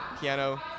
piano